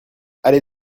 allez